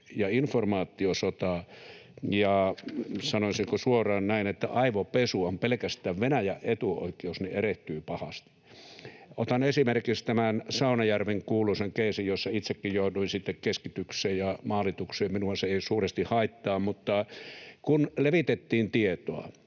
informaatiosota ja — sanoisinko suoraan näin — aivopesu ovat pelkästään Venäjän etuoikeus, niin erehtyy pahasti. Otan esimerkiksi tämän Saunajärven kuuluisan keissin, jossa itsekin jouduin keskitykseen ja maalitukseen — minua se ei suuresti haittaa. Mutta kun levitettiin tietoa,